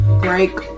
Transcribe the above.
Break